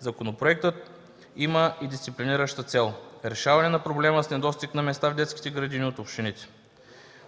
Законопроектът има и дисциплинираща цел – решаване на проблема с недостиг на места в детските градини от общините.